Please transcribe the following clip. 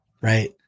right